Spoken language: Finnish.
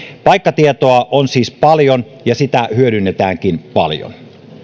paikkatietoa on siis paljon ja sitä hyödynnetäänkin paljon